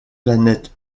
planet